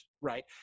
right